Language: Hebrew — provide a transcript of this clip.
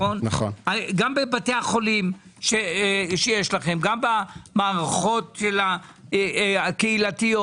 גם בבתי החולים שיש לכם, גם במערכות הקהילתיות.